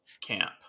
Camp